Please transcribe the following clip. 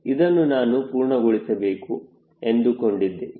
ಇದನ್ನು ನಾನು ಪೂರ್ಣಗೊಳಿಸಬೇಕು ಎಂದುಕೊಂಡಿದ್ದೆ